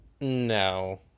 No